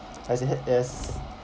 as it h~ as